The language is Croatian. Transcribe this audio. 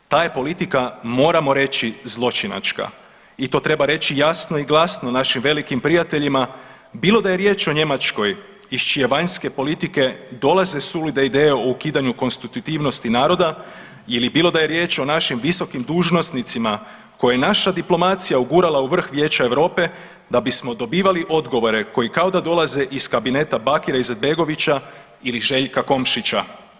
Ta je politika moramo reći zločinačka i to treba reći jasno i glasno našim velikim prijateljima bilo da je riječ o Njemačkoj iz čije vanjske politike dolaze sulude ideje o ukidanju konstitutivnosti naroda, ili bilo da je riječ o našim visokim dužnosnicima koje je naša diplomacija ugurala u vrh Vijeća Europe da bismo dobivali odgovore koji kao da dolaze iz kabineta Bakira Izetbegovića ili Željka Komšića.